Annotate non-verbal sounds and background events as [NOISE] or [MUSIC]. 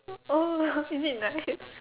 oh [LAUGHS] is it nice